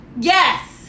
Yes